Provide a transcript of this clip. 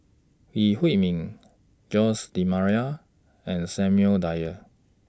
Lee Huei Min Jose D'almeida and Samuel Dyer